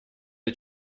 для